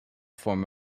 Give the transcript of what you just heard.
form